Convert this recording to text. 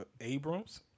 Abrams